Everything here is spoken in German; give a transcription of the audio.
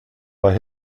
bei